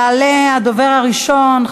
יעלה הדובר הראשון,